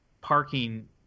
parking